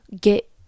get